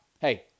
Hey